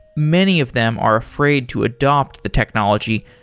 many of them are afraid to adopt the technology,